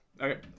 Okay